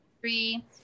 three